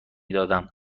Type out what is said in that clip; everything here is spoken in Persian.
دادم